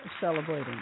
celebrating